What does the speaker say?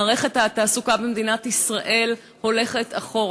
מערכת התעסוקה במדינת ישראל הולכת אחורה.